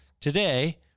Today